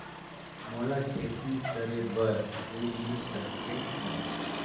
मोला खेती करे बार ऋण मिल सकथे कौन?